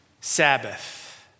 Sabbath